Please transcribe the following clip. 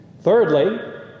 Thirdly